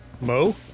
Mo